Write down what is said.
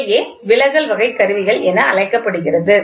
இவையே விலகல் வகை கருவிகள் என அழைக்கப்படுகிறது